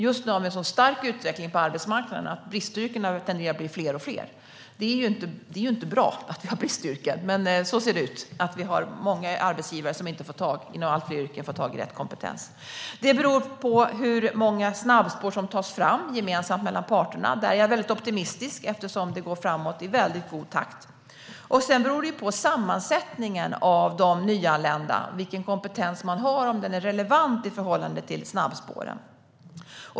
Just nu har vi en så stark utveckling på arbetsmarknaden att bristyrkena tenderar att bli fler och fler. Det är ju inte bra att vi har bristyrken, men så ser det ut. Vi har många arbetsgivare inom allt fler yrken som inte får tag i rätt kompetens. Hur många som kommer att delta beror på hur många snabbspår som tas fram gemensamt mellan parterna. Där är jag väldigt optimistisk, eftersom det går framåt i väldigt god takt. Sedan beror det på sammansättningen av de nyanlända, vilken kompetens de har och om denna kompetens är relevant i förhållande till snabbspåren.